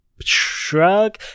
shrug